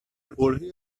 برههای